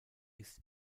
ist